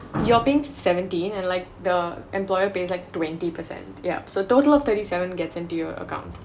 you're paying seventeen and like the employer pays like twenty percent yup so total up thirty seven gets into your account